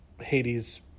Hades